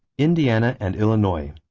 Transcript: indiana and illinois.